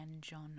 John